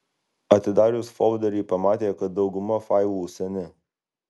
atidarius folderį pamatė kad dauguma failų seni